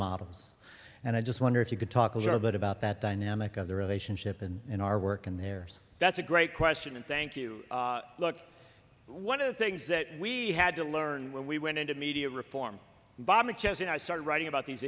mobs and i just wonder if you could talk a little bit about that dynamic of the relationship and in our work and there's that's a great question and thank you look one of the things that we had to learn when we went into media reform bombing chosen i started writing about these